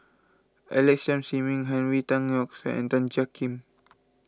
Alex Yam Ziming Henry Tan Yoke See and Tan Jiak Kim